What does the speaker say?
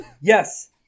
Yes